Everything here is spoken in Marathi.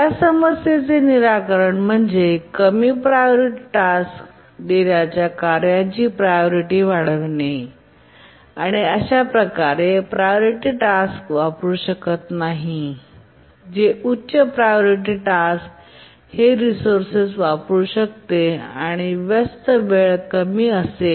या समस्येचे निराकरण म्हणजे कमी प्रायोरिटी देण्याच्या कार्याची प्रायोरिटी वाढवणे आणि अशा प्रकारे प्रायोरिटी टास्क करू शकत नाही जे उच्च प्रायोरिटी टास्क हे रिसोर्सेस वापरू शकते आणि व्यस्त वेळ कमी असेल